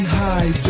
high